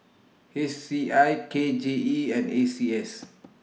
H C I K J E and A C S